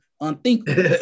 Unthinkable